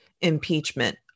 impeachment